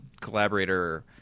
collaborator